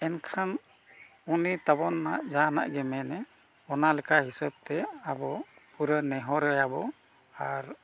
ᱮᱱᱠᱷᱟᱱ ᱩᱱᱤ ᱛᱟᱵᱚᱱ ᱱᱟᱜ ᱡᱟᱦᱟᱱᱟᱜ ᱜᱮ ᱢᱮᱱᱟ ᱚᱱᱟ ᱞᱮᱠᱟ ᱦᱤᱥᱟᱹᱵᱽᱛᱮ ᱟᱵᱚ ᱯᱩᱨᱟᱹ ᱱᱮᱦᱚᱨᱟᱭᱟᱵᱚᱱ ᱟᱨ